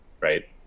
right